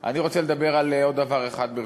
אני רוצה לדבר על עוד דבר אחד.